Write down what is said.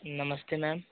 नमस्ते मैम